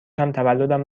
تولدم